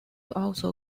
also